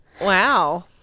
Wow